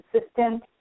assistant